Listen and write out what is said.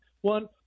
one